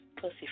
pussy